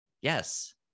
yes